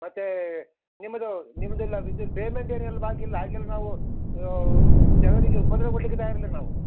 ಮತ್ತು ನಿಮ್ಮದು ನಿಮ್ದು ಎಲ್ಲ ವಿದ್ಯುತ್ ಪೇಮೆಂಟ್ ಏರ್ಯಾ ಎಲ್ಲ ಬಾಕಿ ಇಲ್ಲ ಹಾಗೆಲ್ಲ ನಾವು ಜನರಿಗೆ ಉಪದ್ರವ ಕೊಡಲಿಕ್ಕೆ ತಯಾರು ಇಲ್ಲ ನಾವು